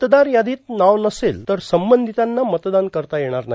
मतदार यादीत नाव नसेल तर संबंधितांना मतदान करता येणार नाही